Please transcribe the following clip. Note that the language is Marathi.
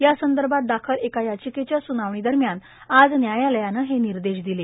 या संदर्भात दाखल एका याचिकेच्या सुनावणी दरम्यान आज न्यायालयाने हे निर्देश दिले